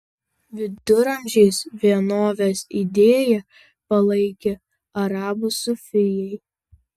viduramžiais vienovės idėją palaikė arabų sufijai